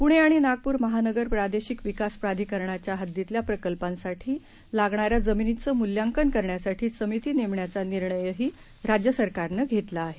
पुणेआणिनागपूरमहानगरप्रादेशिकविकासप्राधिकरणाच्याहद्दीतल्याप्रकल्पांसाठीलागणाऱ्याजमिनींचेमूल्यांकनकरण्यासाठीसमितीनेमण्याचा निर्णयहीराज्यसरकारनंघेतलाआहे